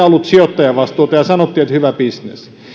ollut sijoittajavastuuta ja sanottiin että hyvä bisnes